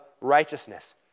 righteousness